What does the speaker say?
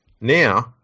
now